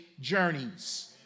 journeys